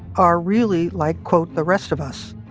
are really like, quote, the rest of us.